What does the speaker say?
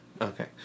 Okay